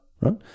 Right